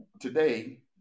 today